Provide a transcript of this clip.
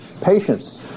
patients